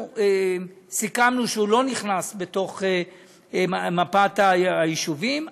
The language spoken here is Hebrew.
סיכמנו שהוא לא נכנס בתוך מפת היישובים,